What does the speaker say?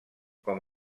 com